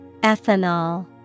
Ethanol